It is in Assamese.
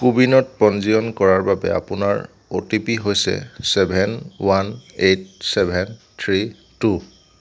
কোৱিনত পঞ্জীয়ন কৰাৰ বাবে আপোনাৰ অ'টিপি হৈছে seven one eight seven three two